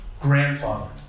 grandfather